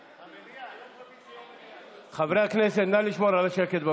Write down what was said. נא לפזר את ההתקהלות של חברי הליכוד.